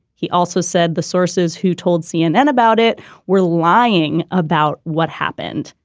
he also said the sources who told cnn about it were lying about what happened.